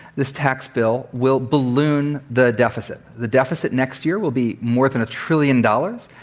this tax bill will balloon the deficit. the deficit next year will be more than a trillion dollars.